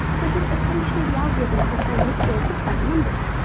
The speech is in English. which is essentially the algorithm for finding all of the prime numbers.